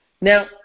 Now